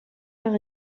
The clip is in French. par